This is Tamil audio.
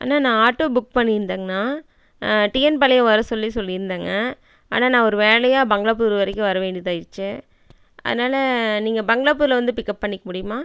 அண்ணா நான் ஆட்டோ புக் பண்ணி இருந்தேங்குண்ணா டிஎன் பாளையம் வர சொல்லி சொல்லி இருந்தேங்க ஆனால் நான் ஒரு வேலையை பங்களா புதூர் வரைக்கும் வர வேண்டியதாயிடுச்சு அதனால் நீங்கள் பங்களாபுதூரில் வந்து பிக்கப் பண்ணிக்க முடியுமா